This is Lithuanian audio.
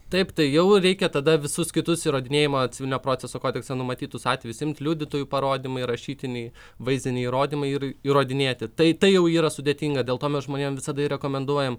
taip tai jau ir reikia tada visus kitus įrodinėjimo civilinio proceso kodekso numatytus atvejus imti liudytojų parodymai rašytiniai vaizdiniai įrodymai ir įrodinėti tai tai jau yra sudėtinga dėl to mes žmonėm visada rekomenduojam